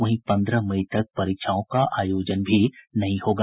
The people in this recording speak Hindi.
वहीं पंद्रह मई तक परीक्षाओं का आयोजन भी नहीं होगा